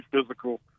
physical